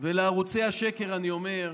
ולערוצי השקר אני אומר: